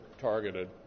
targeted